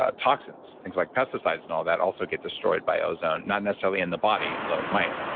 ah toxins things like pesticides and all that, also get destroyed by ozone, not necessarily in the body, although it might,